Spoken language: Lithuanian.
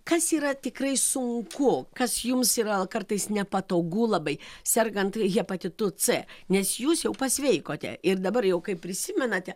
kas yra tikrai sunku kas jums yra kartais nepatogu labai sergant hepatitu c nes jūs jau pasveikote ir dabar jau kaip prisimenate